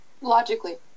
logically